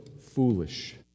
foolish